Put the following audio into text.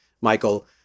Michael